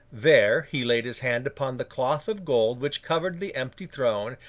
there, he laid his hand upon the cloth of gold which covered the empty throne,